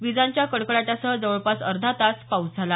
विजांच्या कडकडाटासह जवळपास अर्धा तास पाऊस पडला